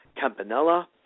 Campanella